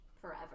forever